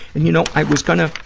and you know, i was gonna